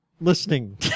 Listening